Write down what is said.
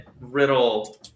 Riddle